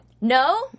No